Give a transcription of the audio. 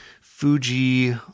Fuji